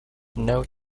note